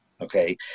Okay